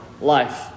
life